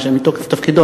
מתוקף תפקידו,